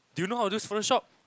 do you know how to use Photoshop